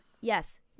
yes